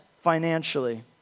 financially